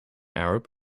arab